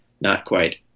not-quite